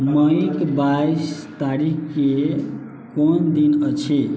मईके बाइस तारीखके कोन दिन अछि